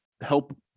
help